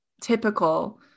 typical